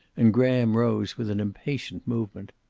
and graham rose, with an impatient movement.